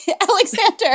Alexander